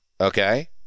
Okay